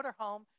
motorhome